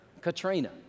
Katrina